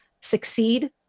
succeed